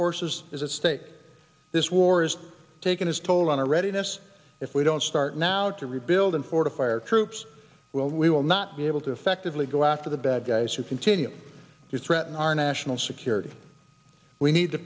forces is at stake in this war has taken its toll on our readiness if we don't start now to rebuild and fortify or troops will we will not be able to effectively go after the bad guys who continue to threaten our national security we need to